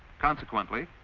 consequently